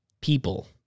people